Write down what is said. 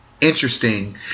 interesting